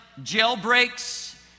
jailbreaks